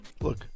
Look